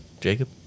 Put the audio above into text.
Jacob